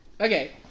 Okay